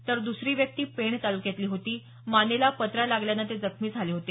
तर दुसरी व्यक्ती पेण तालुक्यातली होती मानेला पत्रा लागल्यानं ते जखमी झाले होते